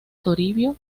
toribio